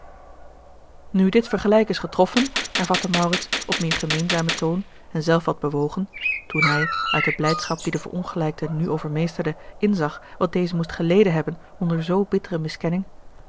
nu dit vergelijk is getroffen hervatte maurits op meer gemeenzamen toon en zelf wat bewogen toen hij uit de blijdschap die den verongelijkten nu overmeesterde inzag wat deze moest geleden hebben onder zoo bittere